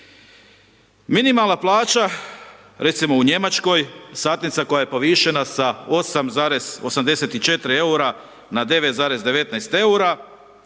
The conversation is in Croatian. Minimalna plaća recimo u Njemačkoj, satnica koja je povišena sa 8,84 eura na 9,19 eura,